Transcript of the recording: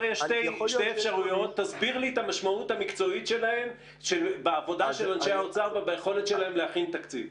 לגבי היכולת של אנשי האוצר לעצב תקציב.